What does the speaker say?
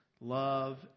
love